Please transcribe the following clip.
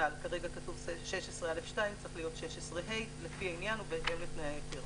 שניתן לו היתר